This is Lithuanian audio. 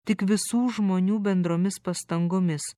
tik visų žmonių bendromis pastangomis